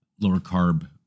lower-carb